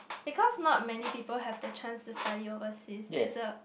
because not many people have the chance to study overseas is the